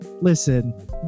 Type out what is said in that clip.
listen